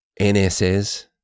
NSS